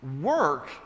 Work